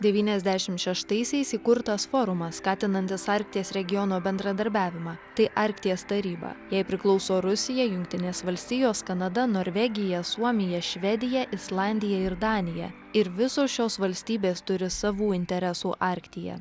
devyniasdešim šeštaisiais įkurtas forumas skatinantis arkties regiono bendradarbiavimą tai arkties taryba jai priklauso rusija jungtinės valstijos kanada norvegija suomija švedija islandija ir danija ir visos šios valstybės turi savų interesų arktyje